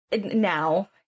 now